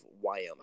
Wyoming